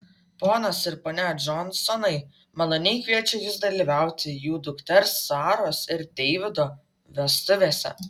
ponas ir ponia džonsonai maloniai kviečia jus dalyvauti jų dukters saros ir deivido vestuvėse